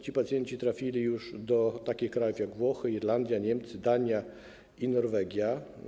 Ci pacjenci trafili już do takich krajów, jak Włochy, Irlandia, Niemcy, Dania i Norwegia.